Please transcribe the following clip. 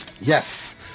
Yes